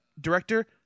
Director